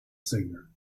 singer